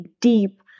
deep